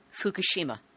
Fukushima